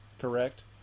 correct